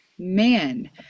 man